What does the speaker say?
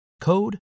code